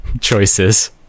choices